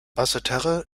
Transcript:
basseterre